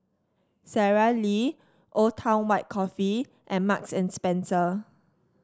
Sara Lee Old Town White Coffee and Marks and Spencer